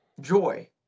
joy